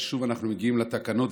שוב אנחנו מגיעים לתקנות,